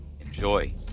Enjoy